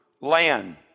land